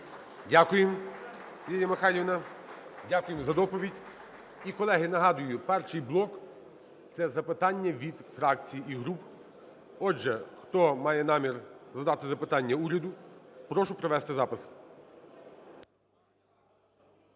Дякуємо, Юлія Михайлівна. Дякуємо за доповідь. І, колеги, нагадую, перший блок – це запитання від фракцій і груп. Отже, хто має намір задати запитання уряду, прошу привести запис.